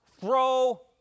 throw